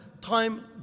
time